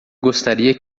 gostaria